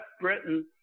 Britain